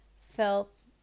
felt